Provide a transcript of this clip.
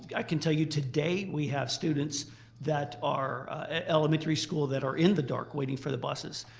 i can tell you today we have students that are at elementary school that are in the dark waiting for the buses.